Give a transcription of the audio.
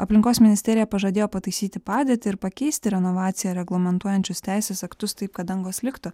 aplinkos ministerija pažadėjo pataisyti padėtį ir pakeisti renovaciją reglamentuojančius teisės aktus taip kad dangos liktų